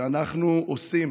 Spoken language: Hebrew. שאנחנו עושים